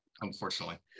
unfortunately